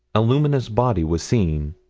a luminous body was seen.